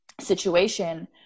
situation